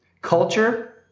culture